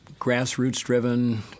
grassroots-driven